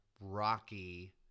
rocky